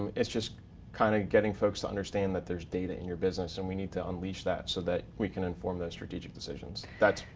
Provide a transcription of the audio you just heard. it's just kind of getting folks to understand that there's data in your business, and we need to unleash that so that we can inform those strategic decisions. that's,